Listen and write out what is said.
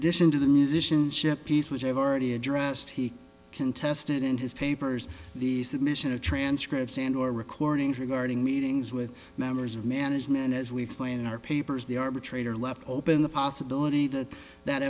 addition to the musicianship piece which i have already addressed he contested in his papers the submission a transcript sand or recordings regarding meetings with members of management as we explained in our papers the arbitrator left open the possibility that that